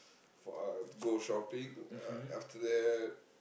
for uh go shopping uh after that